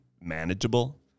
manageable